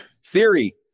Siri